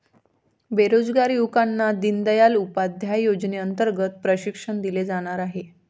बेरोजगार युवकांना दीनदयाल उपाध्याय योजनेअंतर्गत प्रशिक्षण दिले जाणार आहे